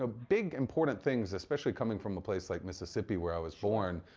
ah big, important things especially coming from a place like mississippi where i was born.